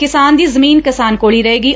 ਕਿਸਾਨ ਦੀ ਜਮੀਨ ਕਿਸਾਨ ਕੋਲ ਹੀ ਰਹੇਗੀ